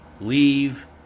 leave